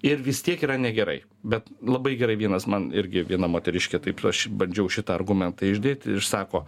ir vis tiek yra negerai bet labai gerai vienas man irgi viena moteriškė taip aš bandžiau šitą argumentą išdėt ir sako